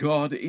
God